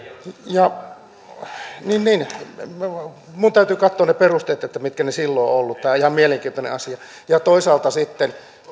ja minun täytyy katsoa ne perusteet että mitkä ne silloin ovat olleet tämä on ihan mielenkiintoinen asia toisaalta sitten